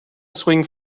swing